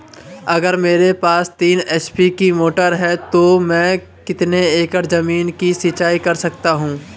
अगर मेरे पास तीन एच.पी की मोटर है तो मैं कितने एकड़ ज़मीन की सिंचाई कर सकता हूँ?